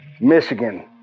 Michigan